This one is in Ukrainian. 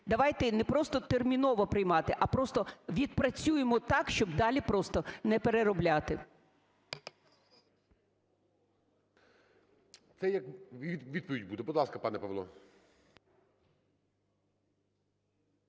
Давайте не просто терміново приймати, а просто відпрацюємо так, щоб далі просто не переробляти.